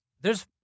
There's-